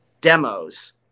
demos